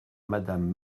madame